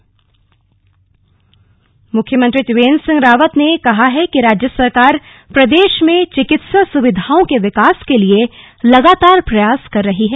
मुख्यमंत्री एम्स मुख्यमंत्री त्रिवेन्द्र सिंह रावत ने कहा है कि राज्य सरकार प्रदेश में चिकित्सा सुविधाओं के विकास के लिए लगातार प्रयास कर रही है